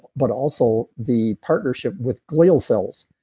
but also the partnership with glial cells.